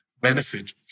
benefit